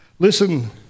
Listen